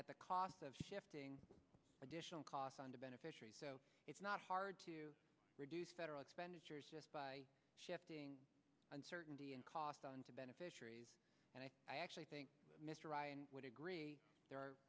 at the cost of shifting additional costs on to beneficiaries so it's not hard to reduce federal expenditures just by shifting uncertainty and cost on to beneficiaries and i actually think mr ryan would agree there are